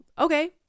Okay